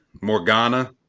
Morgana